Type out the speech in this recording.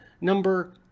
number